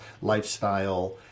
lifestyle